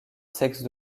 sexe